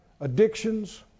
addictions